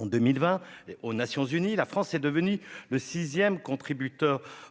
En 2020, aux Nations unies, la France est devenue le sixième contributeur